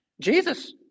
Jesus